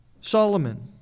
Solomon